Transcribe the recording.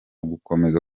gukomeza